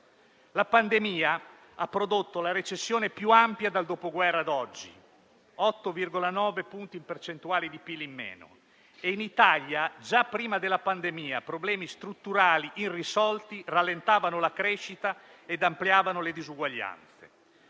La pandemia ha prodotto la recessione più ampia dal Dopoguerra a oggi (8,9 punti percentuali di PIL in meno) e in Italia, già prima della pandemia, problemi strutturali irrisolti rallentavano la crescita e ampliavano le disuguaglianze.